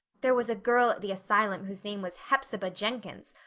there was a girl at the asylum whose name was hepzibah jenkins,